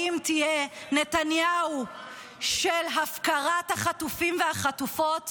האם תהיה נתניהו של הפקרת החטופים והחטופות